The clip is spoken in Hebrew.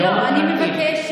לא, אני מבקשת.